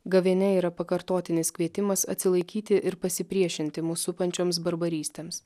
gavėnia yra pakartotinis kvietimas atsilaikyti ir pasipriešinti mus supančioms barbarystėms